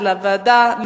זה לוועדה,